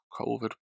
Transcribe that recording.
COVID